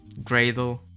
Gradle